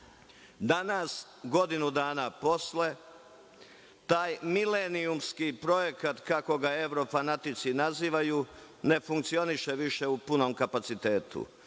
godinu dana posle, taj milenijumski projekat, kako ga evrofanatici nazivaju, ne funkcioniše više u punom kapacitetu.